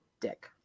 Dick